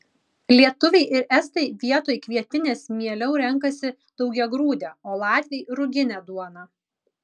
lietuviai ir estai vietoj kvietinės mieliau renkasi daugiagrūdę o latviai ruginę duoną